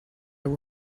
have